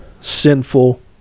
sinful